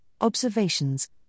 observations